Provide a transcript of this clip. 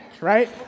right